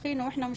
אחר-כך אני ראיתי,